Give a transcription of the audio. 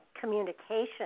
communication